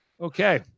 okay